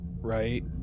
right